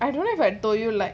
I don't have I told you like